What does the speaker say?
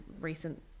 recent